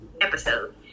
episode